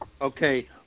okay